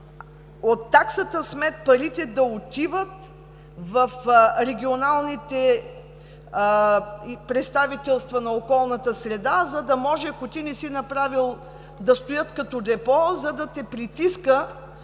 от таксата смет да отиват в регионалните представителства на околната среда, за да може, ако ти не си направил да стоят като депо, да те притиска